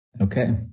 Okay